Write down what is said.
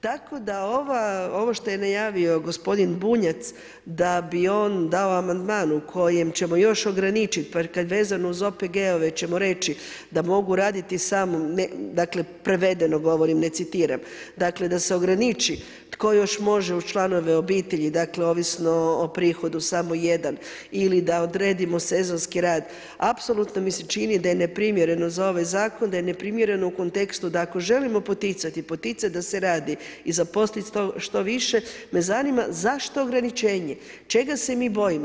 Tako da ovo što je najavio gospodin Bunjac da bi on dao amandman u kojem ćemo još ograničiti … vezano uz OPG-ove ćemo reći da mogu raditi, dakle prevedeno govorim ne citiram, dakle da se ograniči tko još može uz članove obitelji ovisno o prihodu samo jedan ili da odredimo sezonski rad, apsolutno mi se čini da je neprimjereno za ovaj zakon, da je neprimjereno u kontekstu da ako želimo poticati, poticati da se radi i zaposliti što više me zanima zašto ograničenje, čega se mi bojimo?